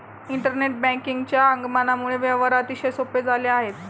internet बँकिंगच्या आगमनामुळे व्यवहार अतिशय सोपे झाले आहेत